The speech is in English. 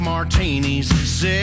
Martinis